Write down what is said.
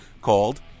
called